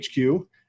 HQ